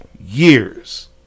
years